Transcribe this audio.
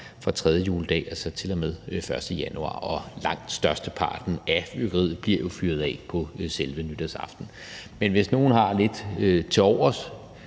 tredje juledag og så til og med den 1. januar, og langt størsteparten af fyrværkeriet bliver jo fyret af på selve nytårsaften. Men hvis nogle har lidt tilovers,